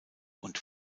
und